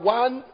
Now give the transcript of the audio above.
one